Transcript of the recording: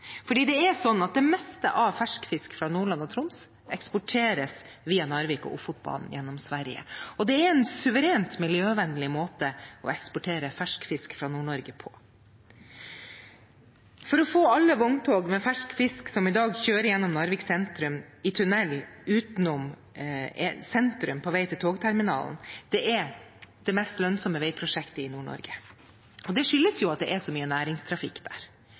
det meste av fersk fisk fra Nordland og Troms eksporteres via Narvik og Ofotbanen gjennom Sverige. Det er en suverent miljøvennlig måte å eksportere fersk fisk fra Nord-Norge på. Å få alle vogntog med fersk fisk som i dag kjører gjennom Narvik sentrum, i tunnel utenom sentrum på vei til togterminalen er det mest lønnsomme veiprosjektet i Nord-Norge, og det skyldes at det er så mye næringstrafikk der.